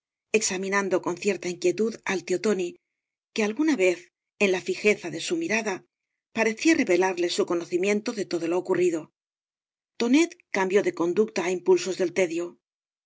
exmioaado con cierta inquietud al tío tóii que alguaa vez ea la fijeza de su mirada parecía revelarle bu eoaocimíeato de todo lo ocurrido toaet cambió de coaducta á ioipulaoa del tedio